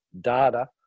data